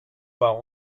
bei